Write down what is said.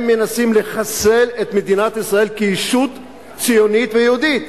הם מנסים לחסל את מדינת ישראל כישות ציונית ויהודית.